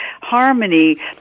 harmony